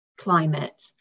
climate